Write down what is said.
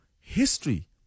history